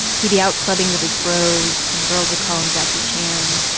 he'd be out clubbing with his bros, and girls would call him jackie chan.